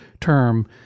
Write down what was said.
term